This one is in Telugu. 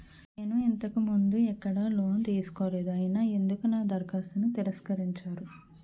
నేను ఇంతకు ముందు ఎక్కడ లోన్ తీసుకోలేదు అయినా ఎందుకు నా దరఖాస్తును తిరస్కరించారు?